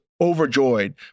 overjoyed